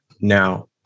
now